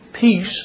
peace